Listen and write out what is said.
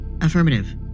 Affirmative